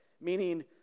meaning